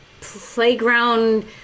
Playground